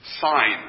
sign